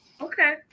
Okay